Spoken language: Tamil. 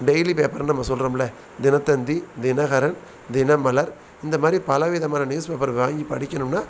டெய்லி பேப்பர்னு நம்ம சொல்றோமில்ல தினத்தந்தி தினகரன் தினமலர் இந்தமாதிரி பலவிதமான நியூஸ் பேப்பர் வாங்கி படிக்கணும்னால்